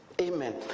amen